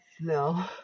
no